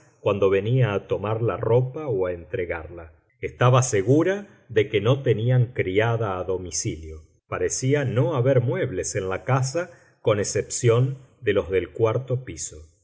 cuando venía a tomar la ropa o a entregarla estaba segura de que no tenían criada a domicilio parecía no haber muebles en la casa con excepción de los del cuarto piso